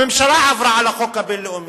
הממשלה עברה על החוק הבין-לאומי,